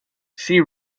she